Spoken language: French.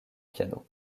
piano